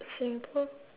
singapore